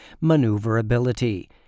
maneuverability